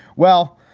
well,